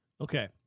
Okay